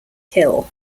hill